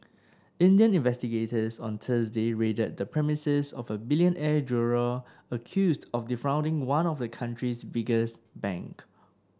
Indian investigators on Thursday raided the premises of a billionaire jeweller accused of defrauding one of the country's biggest bank